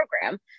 program